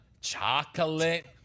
chocolate